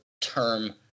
term